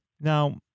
Now